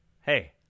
Hey